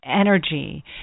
energy